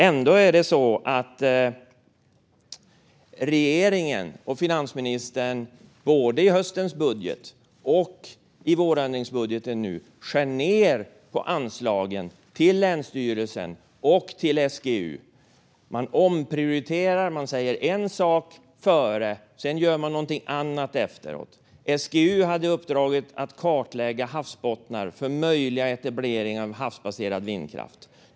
Ändå skär regeringen och finansministern, både i höstens budget och nu i vårändringsbudgeten, ned på anslagen till länsstyrelsen och SGU. Man omprioriterar; man säger en sak före och gör något annat efter. SGU hade uppdraget att kartlägga havsbottnar inför möjliga etableringar av havsbaserad vindkraft.